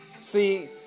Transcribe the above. See